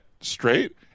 straight